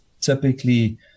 typically